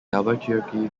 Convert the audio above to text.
albuquerque